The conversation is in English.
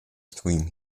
stream